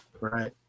Right